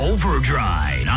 Overdrive